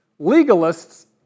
Legalists